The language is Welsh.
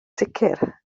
sicr